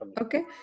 Okay